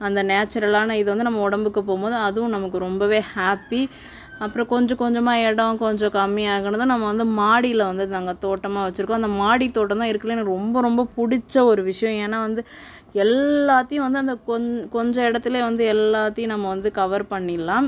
அந்த நேச்சுரலான இது வந்து நம்ப உடம்புக்கு போகும்போது அதுவும் நமக்கு ரொம்பவே ஹாப்பி அப்புறம் கொஞ்ச கொஞ்சமாக இடம் கொஞ்சம் கம்மியாகினதும் நம்ப வந்து மாடியில் வந்து நாங்கள் தோட்டமாக வச்சுருக்கோம் அந்த மாடி தோட்டந்தான் இருக்கதுலே வந்து எனக்கு ரொம்ப ரொம்ப பிடிச்ச ஒரு விஷயம் ஏன்னால் வந்து எல்லாத்தியும் வந்து அந்த கொஞ்சம் கொஞ்சம் இடத்துலே வந்து எல்லாத்தியும் நம்ப வந்து கவர் பண்ணிவிடலாம்